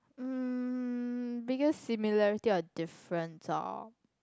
um biggest similarity of difference ah